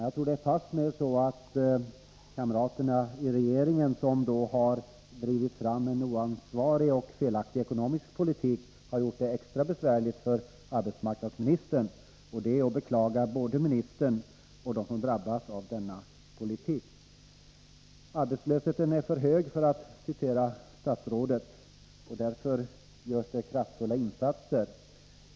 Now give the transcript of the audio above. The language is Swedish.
Jag tror fastmer att kamraterna i regeringen genom att bedriva en oansvarig och felaktig ekonomisk politik har gjort det extra besvärligt för arbetsmarknadsministern. Jag beklagar både ministern och dem som drabbas av denna politik. Arbetslösheten är för hög, säger statsrådet, och därför görs det kraftfulla insatser.